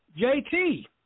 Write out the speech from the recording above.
JT